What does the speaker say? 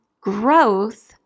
growth